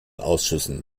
ausschüssen